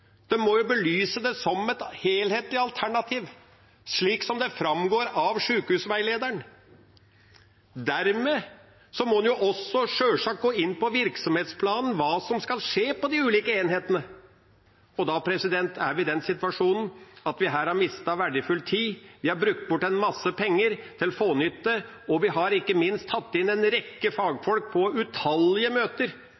må belyse det som et helhetlig alternativ, slik det framgår av sykehusveilederen. Dermed må en sjølsagt også gå inn på virksomhetsplanen for hva som skal skje på de ulike enhetene, og da er vi i den situasjonen at vi her har mistet verdifull tid, vi har brukt opp en masse penger fånyttes, og ikke minst har vi hentet inn en rekke